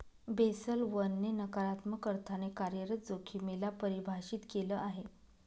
Basel one ने नकारात्मक अर्थाने कार्यरत जोखिमे ला परिभाषित केलं आहे